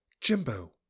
jimbo